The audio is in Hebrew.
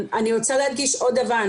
אני רוצה להדגיש עוד דבר.